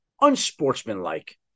unsportsmanlike